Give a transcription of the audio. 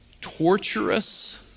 torturous